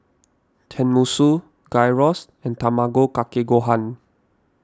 Tenmusu Gyros and Tamago Kake Gohan